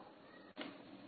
विद्यार्थीः संदर्भ वेळ 4753